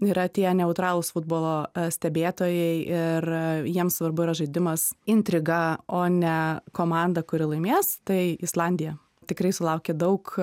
yra tie neutralūs futbolo stebėtojai ir jiems svarbu yra žaidimas intriga o ne komanda kuri laimės tai islandija tikrai sulaukė daug